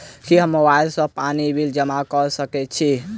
की हम मोबाइल सँ पानि बिल जमा कऽ सकैत छी?